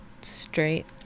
straight